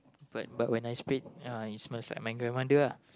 but but when I sprayed uh it smells like my grandmother ah